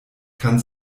kann